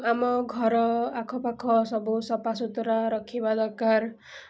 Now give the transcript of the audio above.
ଆମ ଘର ଆଖପାଖ ସବୁ ସଫା ସୁତୁରା ରଖିବା ଦରକାର